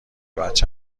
بچه